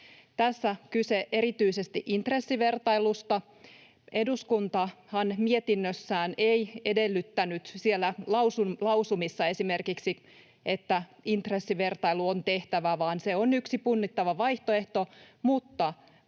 Tässä on kyse erityisesti intressivertailusta. Eduskuntahan mietinnössään ei edellyttänyt, siellä lausumissa esimerkiksi, että intressivertailu on tehtävä, vaan se on yksi punnittava vaihtoehto,